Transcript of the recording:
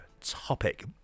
topic